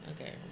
Okay